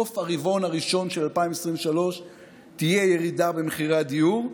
בסוף הרבעון הראשון של 2023 תהיה ירידה במחירי הדיור,